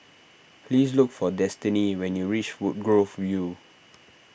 please look for Destini when you reach Woodgrove View